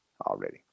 already